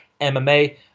MMA